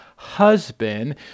husband